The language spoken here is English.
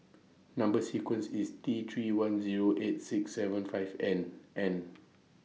Number sequence IS T three one Zero eight six seven five N and